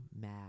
mad